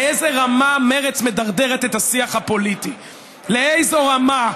לאיזה רמה מרצ מדרדרת את השיח הפוליטי; לאיזו רמה.